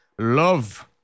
love